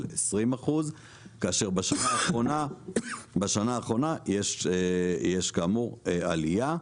20% כאשר בשנה האחרונה יש כאמור עלייה.